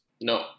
no